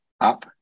up